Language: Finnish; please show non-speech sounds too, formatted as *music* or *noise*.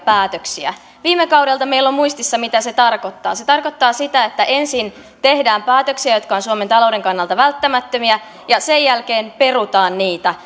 päätöksiä viime kaudelta meillä on muistissa mitä se tarkoittaa se tarkoittaa sitä että ensin tehdään päätöksiä jotka ovat suomen talouden kannalta välttämättömiä ja sen jälkeen perutaan niitä *unintelligible*